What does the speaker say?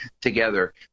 together